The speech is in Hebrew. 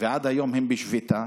ועד היום הם בשביתה.